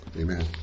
Amen